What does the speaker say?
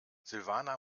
silvana